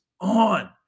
on